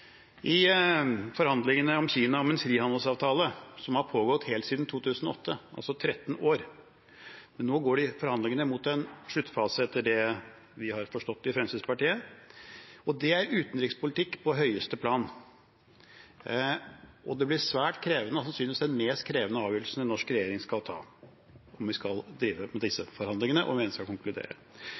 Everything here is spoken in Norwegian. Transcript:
Forhandlingene med Kina om en frihandelsavtale har pågått helt siden 2008, altså i 13 år, men nå går de forhandlingene mot en sluttfase, etter det vi i Fremskrittspartiet har forstått, og det er utenrikspolitikk på høyeste plan. Det blir svært krevende, sannsynligvis den mest krevende avgjørelsen en norsk regjering skal ta, om vi skal drive med disse forhandlingene, og når vi skal konkludere. Mener utenriksministeren at det er en klok strategi å